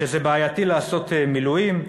שזה בעייתי לעשות מילואים.